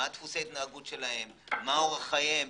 מה דפוסי ההתנהגות שלהם ואורח חייהם,